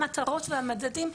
המטרות והמדדים,